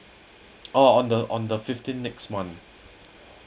oh on the on the fifteen next month